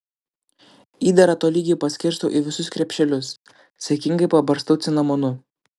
įdarą tolygiai paskirstau į visus krepšelius saikingai pabarstau cinamonu